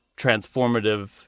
transformative